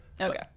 Okay